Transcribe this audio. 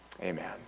Amen